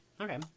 Okay